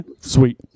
sweet